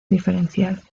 diferencial